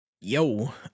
Yo